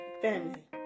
family